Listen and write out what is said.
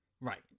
right